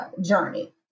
journey